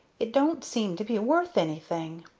it don't seem to be worth anything.